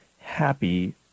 happy